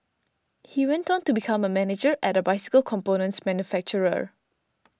he went on to become a manager at a bicycle components manufacturer